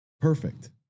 perfect